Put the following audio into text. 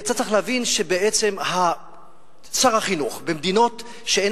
אתה צריך להבין ששר החינוך במדינות שאין